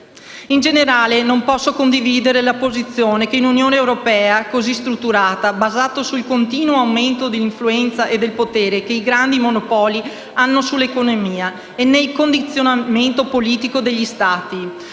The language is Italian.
In generale non posso condividere le posizioni di una Unione europea così strutturata, basata sul continuo aumento dell'influenza e del potere che i grandi monopoli hanno nell'economia e nel condizionamento politico degli Stati.